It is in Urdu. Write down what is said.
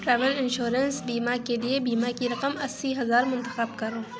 ٹریول انشورنس بیما کے لیے بیما کی رقم اسی ہزار منتخب کرو